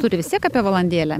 turi vis tiek apie valandėlę